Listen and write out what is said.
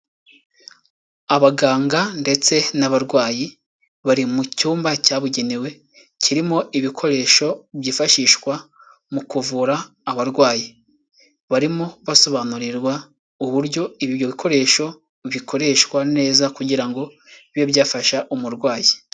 Abaganga ndetse n'abarwayi bari mu cyumba cyabugenewe, kirimo ibikoresho byifashishwa mu kuvura abarwayi, barimo basobanurirwa uburyo ibyo bikoresho bikoreshwa neza kugira ngo bibe byafasha umurwayi.